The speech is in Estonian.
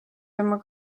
tema